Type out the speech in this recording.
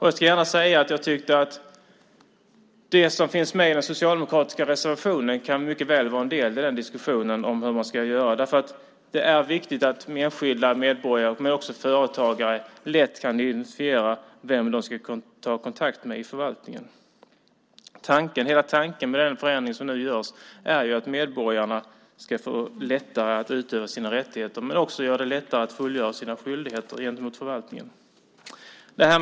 Jag ska gärna säga att jag tyckte att det som finns med i den socialdemokratiska reservationen mycket väl kan vara en del i diskussionen om hur man ska göra. Det är viktigt att enskilda medborgare, men också företagare, lätt kan identifiera vem de ska ta kontakt med i förvaltningen. Hela tanken med den förändring som nu görs är att medborgarna ska få lättare att utöva sina rättigheter men också lättare att fullgöra sina skyldigheter gentemot förvaltningen.